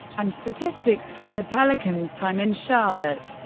and statistics from the pelicans' time in charlotte.